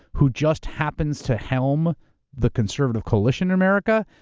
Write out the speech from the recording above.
who just happens to helm the conservative coalition in america,